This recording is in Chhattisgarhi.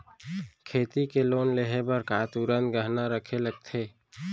खेती के लोन लेहे बर का तुरंत गहना रखे लगथे?